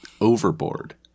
Overboard